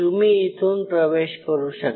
तुम्ही इथून प्रवेश करू शकता